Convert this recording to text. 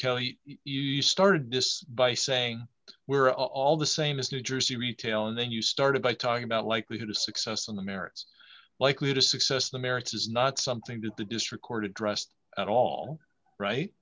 kelly you started this by saying we're all the same as new jersey retail and then you started by talking about likelihood of success on the merits likely to success the merits is not something that the district court addressed at all right